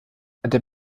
der